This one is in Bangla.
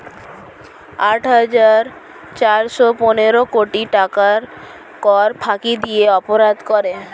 আট হাজার চারশ পনেরো কোটি টাকার কর ফাঁকি দিয়ে অপরাধ করে